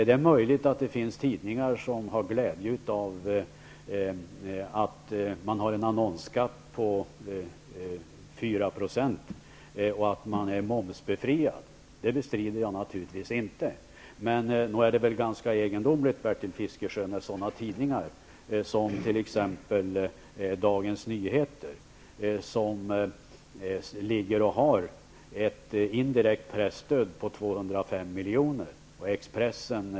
Det är möjligt att det finns tidningar som har glädje av att de har en annonsskatt på 4 % och att de är befriade från moms. Det bestrider jag naturligtvis inte. Men nog är det väl ganska egendomligt när man i dessa sammanhang talar om tidningar som t.ex. Dagens miljoner, och Expressen, som har ett stöd på 210 miljoner.